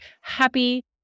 Happy